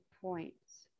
points